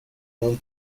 non